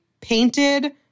painted